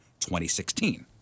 2016